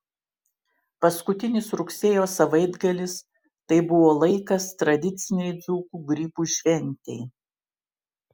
paskutinis rugsėjo savaitgalis tai buvo laikas tradicinei dzūkų grybų šventei